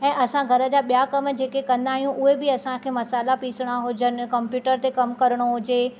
ऐं असां घर जा ॿिया कम जेके कंदा आहियूं उहे बि असांखे मसाला पीसणा हुजनि कंम्पयूटर ते कम करणो हुजे